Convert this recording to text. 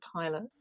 pilot